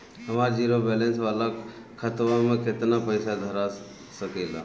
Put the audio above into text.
हमार zero balance वाला खतवा म केतना पईसा धरा सकेला?